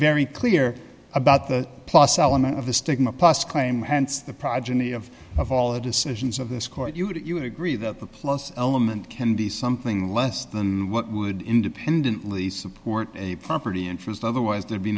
very clear about the plus element of the stigma plus claim hence the progeny of of all the decisions of this court you would agree that the plus element can be something less than what would independently support a property interest otherwise there'd be